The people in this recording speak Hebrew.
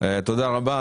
תודה רבה.